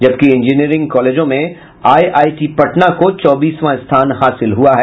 जबकि इंजीनियरिंग कॉलेजों में आईआईटी पटना को चौबीसवां स्थान हासिल हुआ है